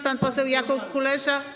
Pan poseł Jakub Kulesza.